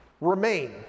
remain